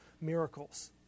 miracles